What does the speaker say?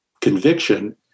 conviction